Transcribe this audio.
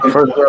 First